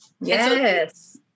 yes